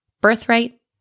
birthright